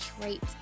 trait